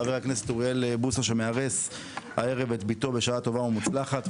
חבר הכנסת אוריאל בוסו שחוגג אירוסין הערב לביתו בשעה טובה ומוצלחת,